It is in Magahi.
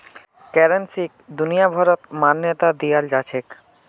करेंसीक दुनियाभरत मान्यता दियाल जाछेक